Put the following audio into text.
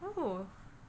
oh